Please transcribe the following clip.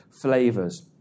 flavors